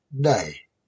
day